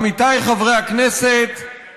עמיתיי חברי הכנסת,